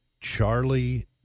Charlie